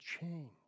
change